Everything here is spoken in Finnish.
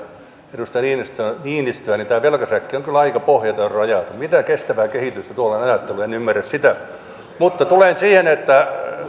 edustaja niinistö niinistö tämä velkasäkki on aika pohjaton ja rajaton mitä kestävää kehitystä tuollainen ajattelu on en ymmärrä sitä mutta tulen siihen että